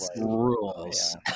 rules